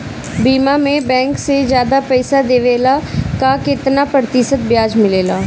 बीमा में बैंक से ज्यादा पइसा देवेला का कितना प्रतिशत ब्याज मिलेला?